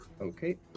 Okay